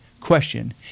Question